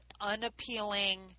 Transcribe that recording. unappealing